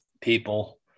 people